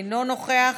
אינו נוכח,